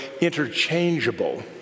interchangeable